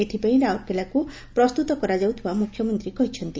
ଏଥିପାଇଁ ରାଉରକେଲାକୁ ପ୍ରସ୍ତୁତ କରାଯାଉଥିବା ମୁଖ୍ୟମନ୍ତୀ କହିଛନ୍ତି